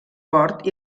port